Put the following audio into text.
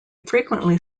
frequently